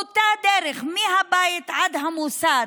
אותה דרך מהבית עד המוסד,